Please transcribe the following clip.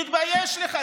תתבייש לך.